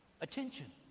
attention